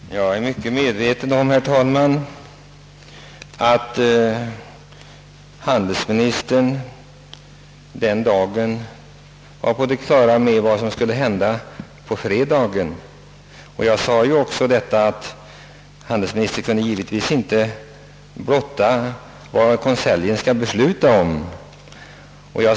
Herr talman! Jag är väl medveten om att handelsministern den torsdag, då han besvarade min fråga, var på det klara med vad som skulle hända på fredagen. Jag sade också i mitt anförande nyss, att handelsministern givetvis inte kunde blotta vad som skulle beslutas i konselj.